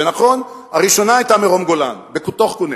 ונכון, הראשונה היתה מרום-גולן, בתוך קוניטרה.